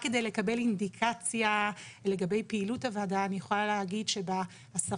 רק כדי לקבל אינדיקציה לגבי פעילות הוועדה אני יכולה להגיד שבעשרה